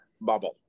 bubble